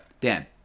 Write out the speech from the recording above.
Dan